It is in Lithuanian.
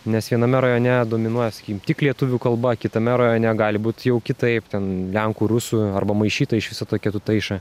nes viename rajone dominuoja sakykim tik lietuvių kalba kitame rajone gali būti jau kitaip ten lenkų rusų arba maišyta iš viso tokia tuteiša